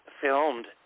filmed